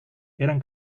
eran